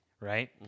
Right